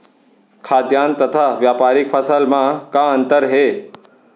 खाद्यान्न तथा व्यापारिक फसल मा का अंतर हे?